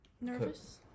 nervous